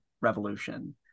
revolution